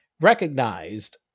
recognized